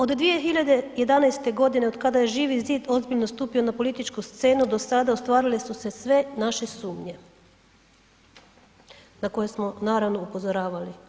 Od 2011.g. od kada je Živi zid ozbiljno stupio na političku scenu do sada ostvarile su se sve naše sumnje na koje smo naravno upozoravali.